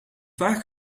vaak